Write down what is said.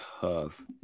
tough